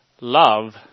love